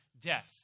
death